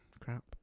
crap